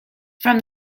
from